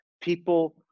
People